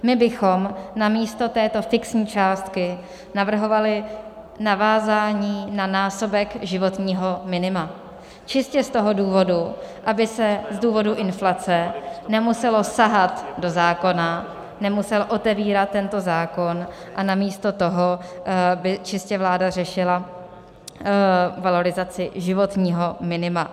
My bychom místo této fixní částky navrhovali navázání na násobek životního minima, čistě z toho důvodu, aby se z důvodu inflace nemuselo sahat do zákona, nemusel otevírat tento zákon a namísto toho by čistě vláda řešila valorizaci životního minima.